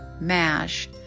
Mash